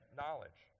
knowledge